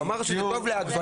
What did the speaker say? הוא אמר שזה טוב לעגבנייה,